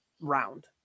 round